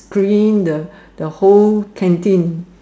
clean the whole canteen